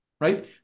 right